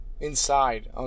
inside